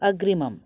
अग्रिमम्